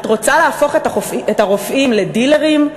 את רוצה להפוך את הרופאים לדילרים?